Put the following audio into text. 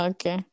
Okay